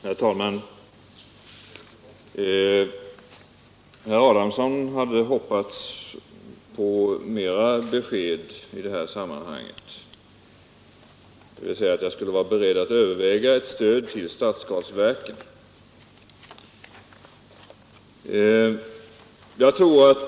Herr talman! Herr Adamsson hade hoppats på mera besked i det här sammanhanget, dvs. att jag skulle vara beredd att överväga ett stöd till stadsgasverken.